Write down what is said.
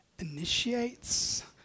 initiates